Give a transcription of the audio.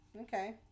Okay